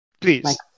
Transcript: Please